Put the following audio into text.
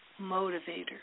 motivator